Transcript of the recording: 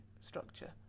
structure